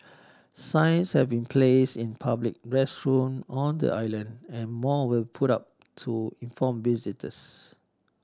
signs have been placed in public restroom on the island and more will put up to inform visitors